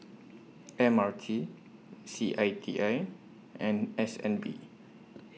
M R T C I T I and S N B